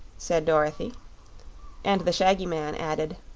said dorothy and the shaggy man added